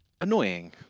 annoying